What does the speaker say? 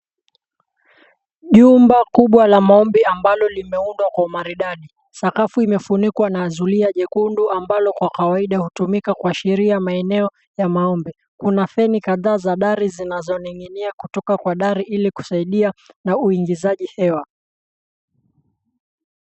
Jumba kubwa la maombi ambalo limeundwa kwa maridadi. Sakafu imefunikwa na zulia nyekundu ambalo kwa kawaida hutumika kuashiria maeneo ya maombi. Kuna feni kadhaa za dari zinazoning'inia kutoka kwa dari ili kusaidia na uingizaji hewa.